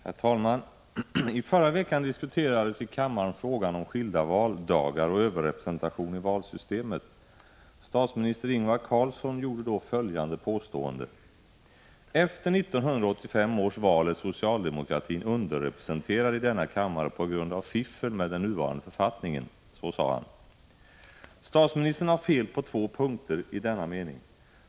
Herr talman! I förra veckan diskuterades i kammaren frågan om skilda valdagar och överrepresentation i valsystemet. Statsminister Ingvar Carlsson gjorde då följande påstående: Efter 1985 års val är socialdemokratin underrepresenterad i denna kammare på grund av fiffel med den nuvarande författningen. Så sade han. Statsministern har fel på två punkter i denna mening.